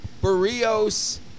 Barrios